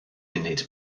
munud